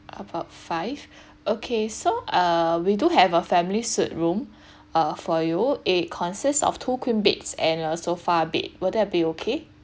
about five okay so uh we do have a family suite room uh for you it consist of two queen beds and a sofa bed will that be okay